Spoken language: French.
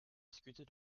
discuter